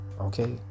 Okay